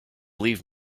leave